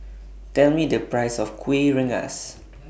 Tell Me The Price of Kuih Rengas